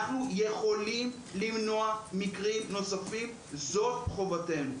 אנחנו יכולים למנוע מקרים נוספים, זאת חובתנו.